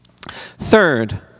Third